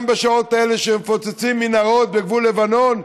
גם בשעות האלה שמפוצצים מנהרות בגבול לבנון,